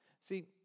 See